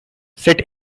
sit